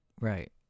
right